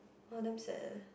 oh damn sad eh